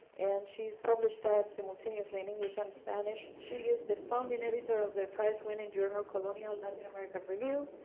and she's published that simultaneously in english and spanish. she is the founding editor of the prizewinning journal colonial latin american review,